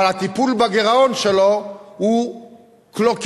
אבל הטיפול שלו בגירעון הוא קלוקל,